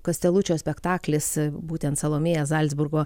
kastelučio spektaklis būtent salomėja zalcburgo